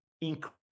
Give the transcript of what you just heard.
increase